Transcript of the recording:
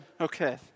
Okay